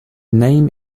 name